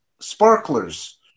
Sparklers